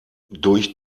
durch